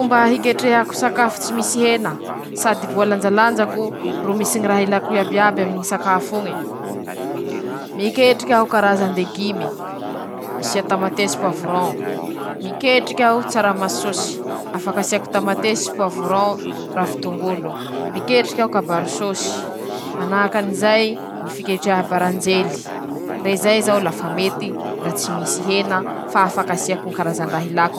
Reto aby moa ñy legimy tsy dé hainy ñ'olo maro, ka mba tiany ñy hañandràma azy: -Ñy pitaÏa, -Ñy rabo-tany, -Manahaky anizay jirian, añatiny zay ñy anke, -Eo avao koa ñy lôkà.